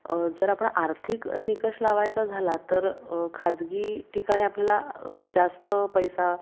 जर आपण आर्थिक निकष लावायचा झाला तर खाजगी ठिकाणी आपल्याला जास्त पैसा